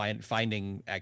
finding